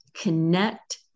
connect